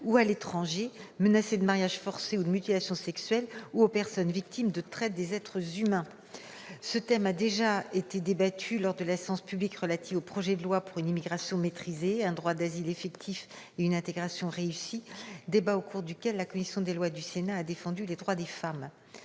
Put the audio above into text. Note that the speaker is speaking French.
ou à l'étranger menacé de mariage forcé ou de mutilations sexuelles, ainsi qu'aux personnes victimes de traite des êtres humains. Cette question a déjà été débattue lors de l'examen du projet de loi pour une immigration maîtrisée, un droit d'asile effectif et une intégration réussie, au cours duquel la commission des lois du Sénat a défendu les droits des femmes.